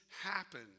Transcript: happen